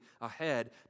ahead